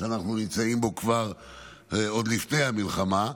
שאנחנו נמצאים בו עוד מלפני המלחמה,